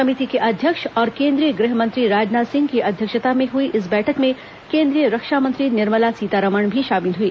समिति के अध्यक्ष और केंद्रीय गृहमंत्री राजनाथ सिंह की अध्यक्षता में हुई इस बैठक में केंद्रीय रक्षा मंत्री निर्मला सीतारमन भी शामिल हुई